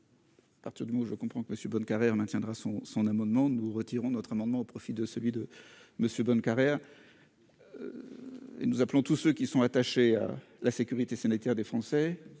à partir du mot, je comprends que Monsieur Bonnecarrere maintiendra son son amendement, nous retirons notre amendement au profit de celui de Monsieur Bonnecarrere, nous appelons tous ceux qui sont attachés à la sécurité sanitaire des Français